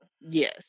Yes